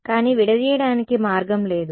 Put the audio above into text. కానీ విడదీయడానికి మార్గం లేదు